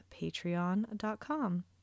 patreon.com